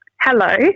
Hello